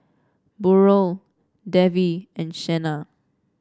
Burrell Davy and Shenna